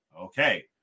Okay